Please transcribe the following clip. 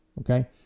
Okay